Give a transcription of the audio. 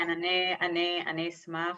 כן, אני אשמח.